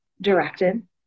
directed